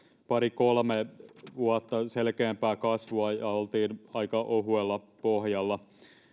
pari kolme vuotta selkeämpää kasvua ja oltiin aika ohuella pohjalla